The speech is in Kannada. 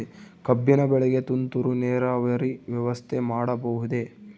ಕಬ್ಬಿನ ಬೆಳೆಗೆ ತುಂತುರು ನೇರಾವರಿ ವ್ಯವಸ್ಥೆ ಮಾಡಬಹುದೇ?